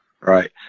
right